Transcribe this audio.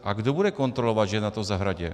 A kdo bude kontrolovat, že stojí v zahradě?